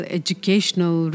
educational